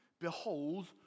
behold